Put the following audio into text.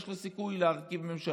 שיש לו סיכוי להרכיב ממשלה,